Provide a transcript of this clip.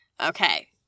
okay